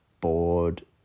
bored